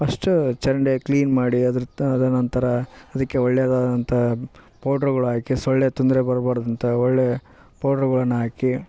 first ಚರಂಡಿಯ clean ಮಾಡಿ ಅದ್ರ ಅದ್ರ ನಂತರ ಅದಕ್ಕೆ ಒಳೆದಾದಂಥ ಪೌಡರ್ಗಳಾಕಿ ಸೊಳ್ಳೆ ತೊಂದರೆ ಬರಬಾರ್ದು ಅಂತ ಒಳ್ಳೇ ಪೌಡರ್ಗಳನ್ನ ಹಾಕಿ